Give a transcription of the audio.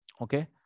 okay